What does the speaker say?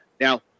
now